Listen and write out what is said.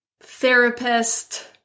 therapist